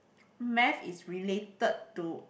math is related to